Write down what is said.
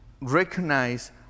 recognize